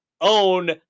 own